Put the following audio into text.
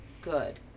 good